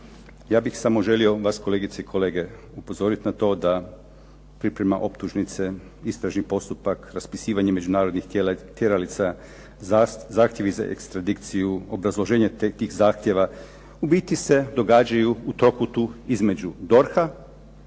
Ja bih samo želio vas kolegice i kolege upozoriti na to da priprema optužnice, istražni postupak, raspisivanje međunarodnih tjeralica, zahtjevi za ekstradikciju, obrazloženje tih zahtjeva u biti se događaju u trokutu između DORH-a,